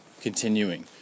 continuing